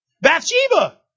Bathsheba